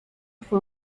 fue